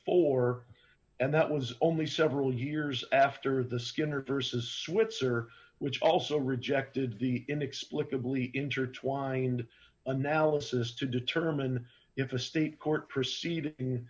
four and that was only several years after the skinner vs switzer which also rejected the inexplicably intertwined analysis to determine if a state court proceeding